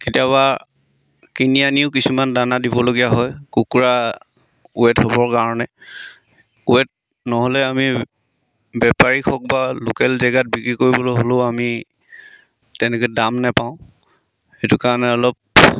কেতিয়াবা কিনি আনিও কিছুমান দানা দিবলগীয়া হয় কুকুৰা ৱেট হ'বৰ কাৰণে ৱেট নহ'লে আমি বেপাৰী হওক বা লোকেল জেগাত বিক্ৰী কৰিবলৈ হ'লেও আমি তেনেকৈ দাম নেপাওঁ সেইটো কাৰণে অলপ